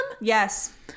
Yes